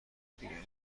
بگردیم